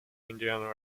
indian